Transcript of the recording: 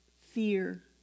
fear